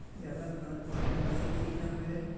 ज्यादा खाद पानी डाला से ठीक ना होए है?